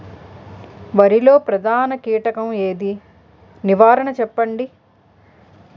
వరిలో ప్రధాన కీటకం ఏది? నివారణ చెప్పండి?